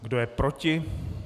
Kdo je proti?